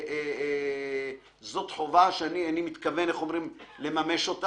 וזאת חובה שאני מתכוון לממש.